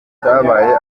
cyabaye